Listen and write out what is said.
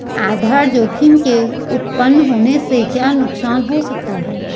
आधार जोखिम के उत्तपन होने से क्या नुकसान हो सकता है?